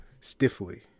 stiffly